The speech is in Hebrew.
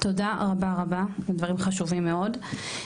תודה רבה רבה, דברים חשובים מאוד.